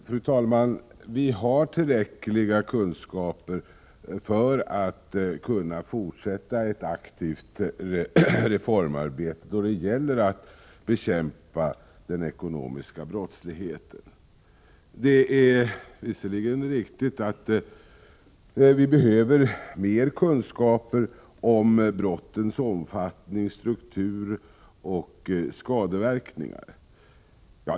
Fru talman! Vi har tillräckliga kunskaper för att fortsätta ett aktivt reformarbete då det gäller att bekämpa den ekonomiska brottsligheten. Det är visserligen riktigt att vi behöver mer kunskap om brottens omfattning, struktur och skadeverkningar.